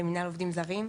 במנהל עובדים זרים.